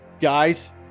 Guys